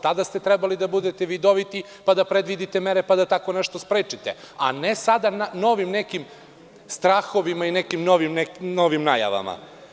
Tada ste trebali da budete vidoviti pa da predvidite mere i da tako nešto sprečite, a ne sada novim nekim strahovima i nekim novim najavama.